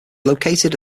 located